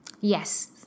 Yes